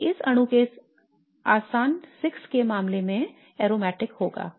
तो इस अणु के आसान 6 के मामले में यह aromatic होगा